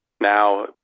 now